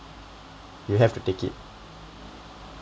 you have to take it